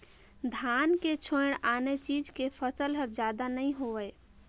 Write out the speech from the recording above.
धान के छोयड़ आने चीज के फसल हर जादा नइ होवय